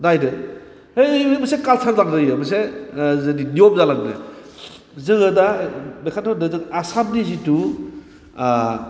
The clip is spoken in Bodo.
नायदो बैयो मोनसे काल्सार जालांदों बियो मोनसे जोंनि नियम जालांदों जोङो दा ओंखायनोथ' होनदों जों आसामनि जिथु